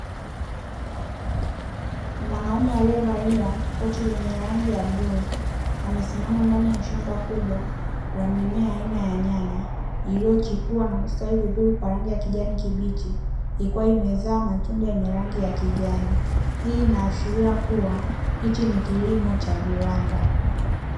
Mwanaume aliyevalia koti lenye rangi ya bluu, amesimama ndani ya shamba kubwa la mimea aina ya nyanya; iliyochipua na kustawi vizuri kwa rangi ya kijani kibichi, ikiwa imezaa matunda yenye rangi ya kijani. Hii inaashiria kuwa hichi ni kilimo cha viwanda.